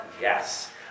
Yes